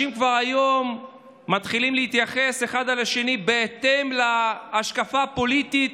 כבר היום אנשים מתחילים להתייחס אחד לשני בהתאם להשקפה הפוליטית,